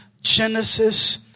Genesis